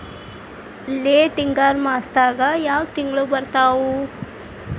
Late ಹಿಂಗಾರು ಮಾಸದಾಗ ಯಾವ್ ತಿಂಗ್ಳು ಬರ್ತಾವು?